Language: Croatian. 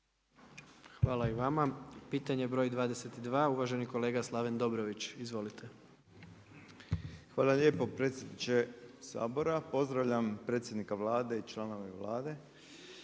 Hvala i vama. Pitanje broj 22, uvaženi kolega Slaven Dobrović. Izvolite. **Dobrović, Slaven (MOST)** Hvala lijepo, predsjedniče Sabora. Pozdravljam predsjednika Vlade i članove Vlade.